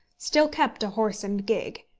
still kept a horse and gig.